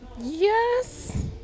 Yes